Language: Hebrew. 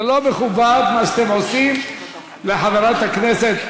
זה לא מכובד מה שאתם עושים לחברת הכנסת.